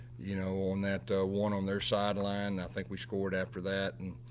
you know, on that one on their sideline. i think we scored after that. and